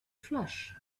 flesh